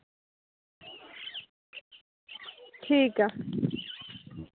ठीक ऐ